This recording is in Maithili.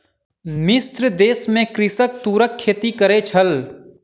मिस्र देश में कृषक तूरक खेती करै छल